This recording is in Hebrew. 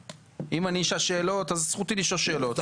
תראה, אם אני אשאל שאלות אז זכותי לשאול שאלות.